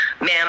ma'am